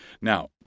Now